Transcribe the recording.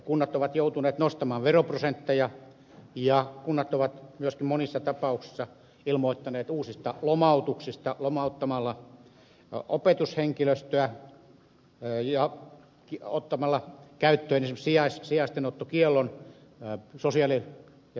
kunnat ovat joutuneet nostamaan veroprosentteja ja kunnat ovat myöskin monissa tapauksissa ilmoittaneet uusista lomautuksista lomauttamalla opetushenkilöstöä ja ottamalla käyttöön esimerkiksi sijaistenottokiellon sosiaali ja terveydenhuoltolaitoksissa